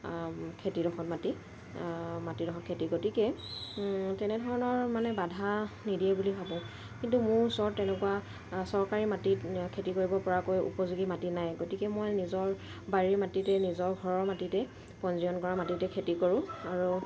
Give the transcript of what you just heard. খেতিডোখৰ মাটি মাটিডোখৰ খেতি গতিকে তেনেধৰণৰ মানে বাধা নিদিয়ে বুলি ভাবোঁ কিন্তু মোৰ ওচৰত তেনেকুৱা চৰকাৰী মাটিত খেতি কৰিব পৰাকৈ উপযোগী মাটি নাই গতিকে মই নিজৰ বাৰীৰ মাটিতে নিজৰ ঘৰৰ মাটিতে পঞ্জীয়ন কৰা মাটিতে খেতি কৰোঁ আৰু